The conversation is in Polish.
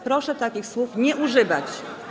Proszę takich słów nie używać.